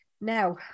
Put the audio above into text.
now